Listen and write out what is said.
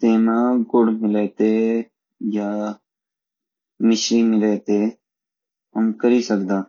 ते मा गुड़ मिलैते या मिश्री मिलैते हम करी सकदा